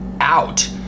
out